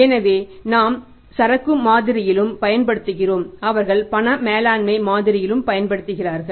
எனவே நாம் சரக்கு மாதிரியிலும் பயன்படுத்துகிறோம் அவர்கள் பண மேலாண்மை மாதிரியிலும் பயன்படுத்துகிறார்கள்